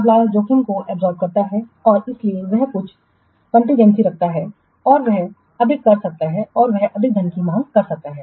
सप्लायरजोखिम को अवशोषित करता है और इसीलिए वह कुछ कॉन्टीजेंसीआकस्मिकता रखता है और वह अधिक कर सकता है और वह अधिक धन की मांग कर सकता है